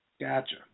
Gotcha